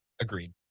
Agreed